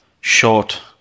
short